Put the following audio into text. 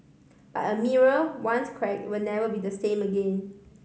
but a mirror once crack will never be the same again